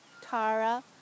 Tara